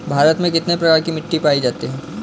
भारत में कितने प्रकार की मिट्टी पाई जाती है?